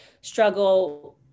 struggle